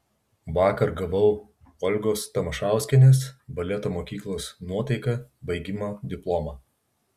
vakar gavau olgos tamašauskienės baleto mokyklos nuotaika baigimo diplomą